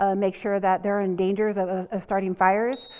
ah make sure that they're in dangers of ah ah starting fires.